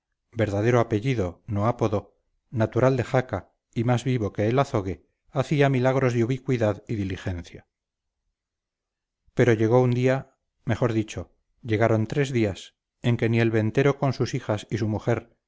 los criados llamadoguasa verdadero apellido no apodo natural de jaca y más vivo que el azogue hacía milagros de ubicuidad y diligencia pero llegó un día mejor dicho llegaron tres días en que ni el ventero con sus hijas y su mujer